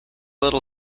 little